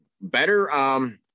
better